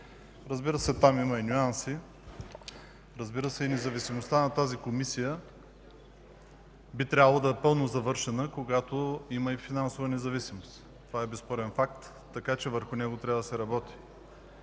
Разбира се, там има и нюанси. Разбира се и независимостта на тази Комисия би трябвало да е напълно завършена, когато има и финансова независимост. Това е безспорен факт, така че върху него трябва да се работи.